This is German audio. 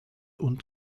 und